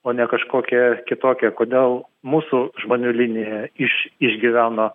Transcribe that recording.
o ne kažkokie kitokie kodėl mūsų žmonių linija iš išgyveno